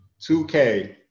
2K